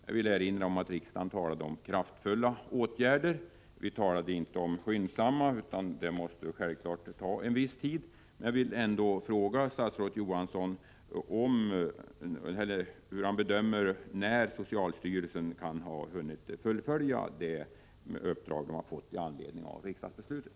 Jag vill erinra om att riksdagen talade om kraftfulla åtgärder — vi begärde inte 19 att de skulle vidtas skyndsamt; detta måste självfallet ta en viss tid. Jag vill ändå fråga statsrådet Johansson när han bedömer att socialstyrelsen kan ha hunnit fullfölja det uppdrag den fått med anledning av riksdagsbeslutet.